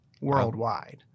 worldwide